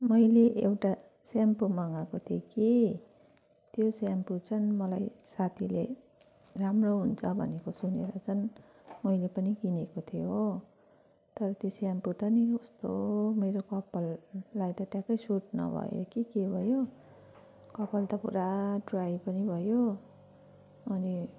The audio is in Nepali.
मैले एउटा स्याम्पो मगाएको थिएँ कि त्यो स्याम्पो चाहिँ मलाई साथीले राम्रो हुन्छ भनेको सुनेर चाहिँ मैले पनि किनेको थिएँ हो तर त्यो स्याम्पो त नि कस्तो मेरो कपाललाई त ट्याक्कै सुट नभयो कि के भयो कपाल त पुरा ड्राई पनि भयो अनि